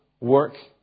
work